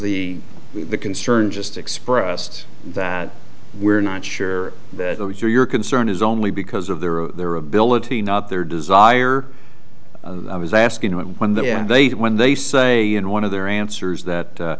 the the concern just expressed that we're not sure that all your concern is only because of their or their ability not their desire i was asking when then they when they say in one of their answers that